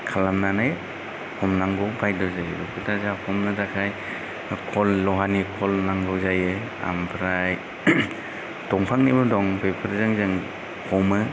खालामनानै हमनांगौ बायध' जायो बेफोरखौ दा जा हमनो थाखाय खल लहानि खल नांगौ जायो ओमफ्राय दंफांनिबो दं बेफोरजों जों हमो